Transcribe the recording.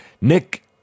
Nick